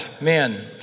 man